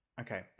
Okay